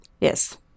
Yes